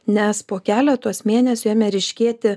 nes po keletos mėnesių ėmė ryškėti